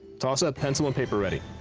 toss-up pencil and paper ready.